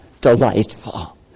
delightful